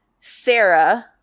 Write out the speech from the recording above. Sarah